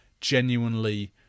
genuinely